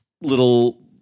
little